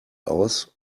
aus